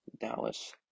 Dallas